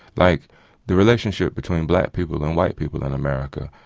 like the relationship between black people and white people in america,